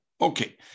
Okay